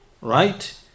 right